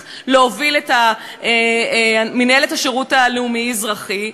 להוביל את מינהלת השירות הלאומי-אזרחי?